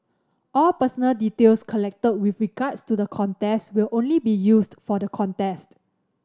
all personal details collected with regards to the contest will only be used for the contest